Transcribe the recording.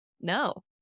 no